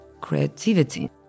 creativity